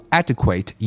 adequate